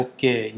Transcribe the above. Okay